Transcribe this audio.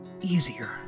easier